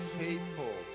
faithful